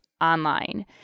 online